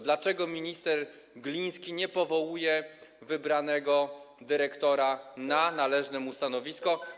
Dlaczego minister Gliński nie powołuje wybranego dyrektora na należne mu stanowisko?